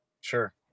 Sure